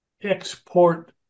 export